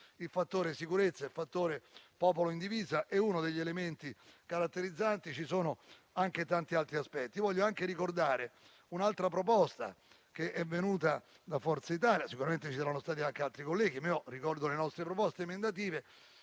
il fattore sicurezza e il fattore popolo in divisa è uno degli elementi caratterizzanti. Ci sono però anche tanti altri aspetti. Voglio anche ricordare un'altra proposta che è venuta da Forza Italia - sicuramente ci saranno stati anche altri colleghi, ma io ricordo le nostre proposte emendative